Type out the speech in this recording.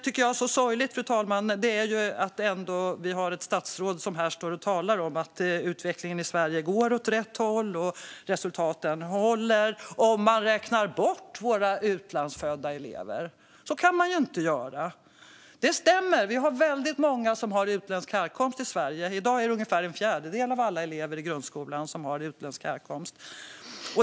Det som är sorgligt är att ett statsråd här talar om att utvecklingen i Sverige går åt rätt håll och att resultaten håller om man räknar bort de utlandsfödda eleverna. Så kan man ju inte göra. Det stämmer att det finns många med utländsk härkomst i Sverige. I dag är det ungefär en fjärdedel av eleverna i grundskolan som har utländsk härkomst.